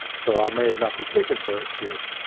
so i may have not been sleeping for years.